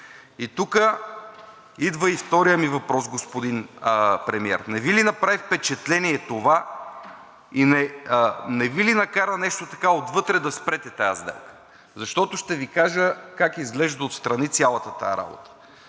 И тук е вторият ми въпрос, господин Премиер: не Ви ли прави впечатление това и не Ви ли накара нещо, така отвътре, да спрете тая сделка? Защото ще Ви кажа как изглежда отстрани цялата тази работа.